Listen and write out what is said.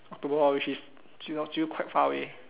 October lor which is still still quite far away